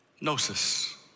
Gnosis